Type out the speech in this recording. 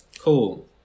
cool